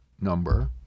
number